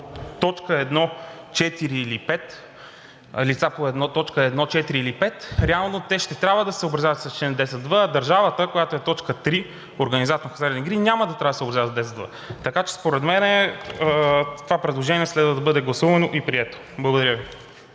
са юридически лица по т. 1, 4 или 5, реално те ще трябва да се съобразяват с чл. 10в, а държавата, която е т. 3 – организатор на хазартни игри, няма да трябва да се съобразява с чл. 10в. Така че, според мен, това предложение следва да бъде гласувано и прието. Благодаря Ви.